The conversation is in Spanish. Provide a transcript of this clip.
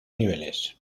niveles